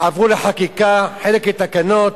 עברו לחקיקה, חלק, לתקנות.